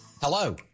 Hello